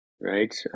Right